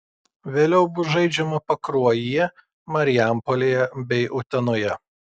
vėliau bus žaidžiama pakruojyje marijampolėje bei utenoje